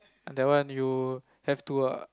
that one you have to ah